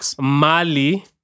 Mali